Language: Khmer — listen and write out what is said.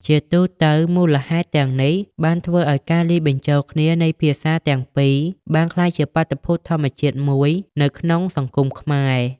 ជាទូទៅ មូលហេតុទាំងនេះបានធ្វើឱ្យការលាយបញ្ចូលគ្នានៃភាសាទាំងពីរបានក្លាយជាបាតុភូតធម្មតាមួយនៅក្នុងសង្គមខ្មែរ។